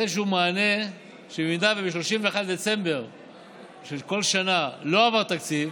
שנותן איזשהו מענה שאם ב-31 בדצמבר של כל שנה לא עבר תקציב,